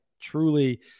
truly